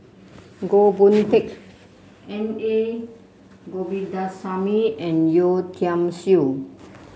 Goh Boon Teck N A Govindasamy and Yeo Tiam Siew